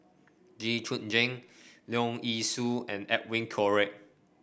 Jit Koon Ch'ng Leong Yee Soo and Edwin Koek